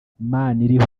maniriho